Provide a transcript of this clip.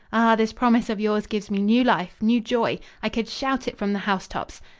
this promise of yours gives me new life, new joy. i could shout it from the housetops!